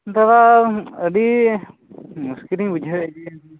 ᱫᱟᱫᱟ ᱟᱹᱰᱤ ᱢᱩᱥᱠᱤᱞᱤᱧ ᱵᱩᱡᱷᱟᱹᱣᱮᱫ ᱜᱮᱭᱟ